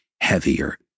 heavier